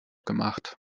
gemacht